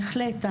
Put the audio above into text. בהחלט,